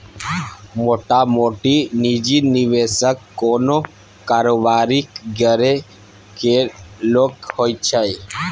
मोटामोटी निजी निबेशक कोनो कारोबारीक घरे केर लोक होइ छै